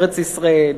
ארץ-ישראל.